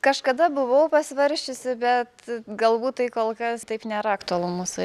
kažkada buvau pasvarsčiusi bet galbūt tai kol kas taip nėra aktualu mūsų